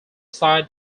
side